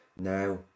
now